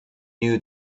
knew